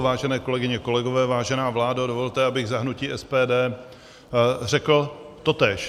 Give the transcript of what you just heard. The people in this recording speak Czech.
Vážené kolegyně, kolegové, vážená vládo, dovolte, abych za hnutí SPD řekl totéž.